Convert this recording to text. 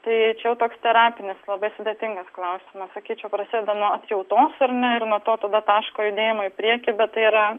tai čia jau toks terapinis labai sudėtingas klausimas sakyčiau prasideda nuo atjautos ar ne nuo tokio taško judėjimo į priekį bet tai yra